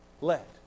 let